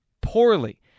poorly